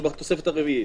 הוא בתוספת הרביעית.